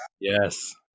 Yes